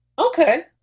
okay